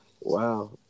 Wow